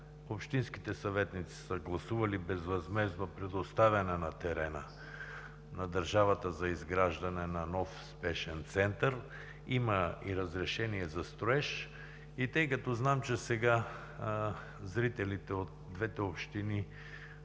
общинските съветници са гласували безвъзмездно предоставяне на терена на държавата за изграждане на нов спешен център, има и разрешение за строеж. И тъй като знам, че сега зрителите от двете общини